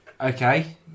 Okay